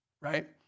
right